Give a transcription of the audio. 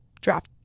draft